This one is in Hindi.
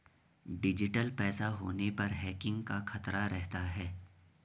डिजिटल पैसा होने पर हैकिंग का खतरा रहता है